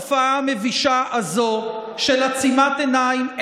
התופעה המבישה הזו של עצימת עיניים,